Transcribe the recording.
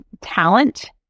talent